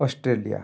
Australia